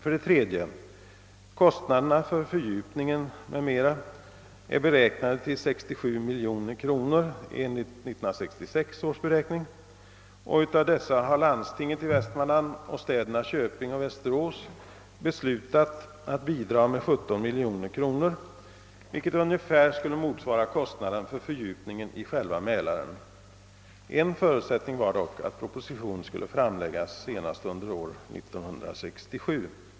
Kostnaderna för fördjupningen m.m. är beräknade till 67 miljoner kronor enligt 1966 års beräkning, och av dessa har landstinget i Västmanland och städerna Köping och Västerås beslutat bidraga med 17 miljoner kronor, vilket ungefär skulle motsvara kostnaden för fördjupningen i själva Mälaren. En förutsättning var dock att proposition skulle framläggas senast under år 1967.